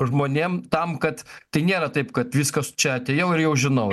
žmonėm tam kad tai nėra taip kad viskas čia atėjau ir jau žinau